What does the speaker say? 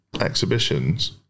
exhibitions